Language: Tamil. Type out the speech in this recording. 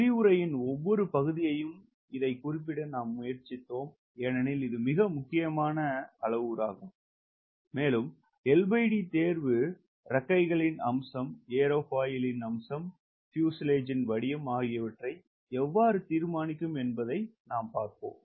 விரிவுரையின் ஒவ்வொரு பகுதியையும் இதைக் குறிப்பிட முயற்சித்தோம் ஏனெனில் இது மிக முக்கியமான அளவுருவாகும் மேலும் LD தேர்வு இறக்கைகளின் அம்சம் ஏரோஃபாயில் அம்சம் பியூசேலாஜ் வடிவம் ஆகியவற்றை எவ்வாறு தீர்மானிக்கும் என்பதைப் பார்ப்போம்